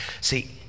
See